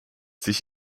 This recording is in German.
sich